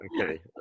Okay